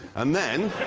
and then.